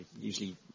usually